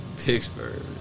Pittsburgh